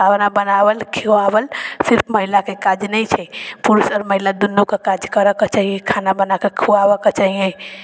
खाना बनावल खिआवल सिर्फ महिलाके काज नहि छै पुरुष आओर महिला दुनूके काज करैके चाही खाना बनाकऽ खुआबैके चाही